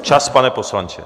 Čas, pane poslanče!